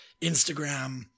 Instagram